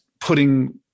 putting